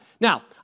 Now